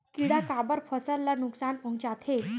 किड़ा काबर फसल ल नुकसान पहुचाथे?